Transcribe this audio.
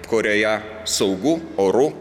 kurioje saugu oru